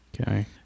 Okay